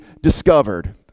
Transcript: discovered